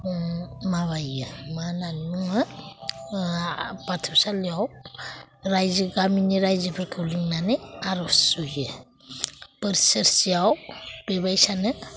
माबाहैयो मा होन्नानै बुङो बाथौसालियाव रायजो गामिनि रायजोफोरखौ लिंनानै आर'ज सुजुयो बोसोरसेयाव बे बायसानो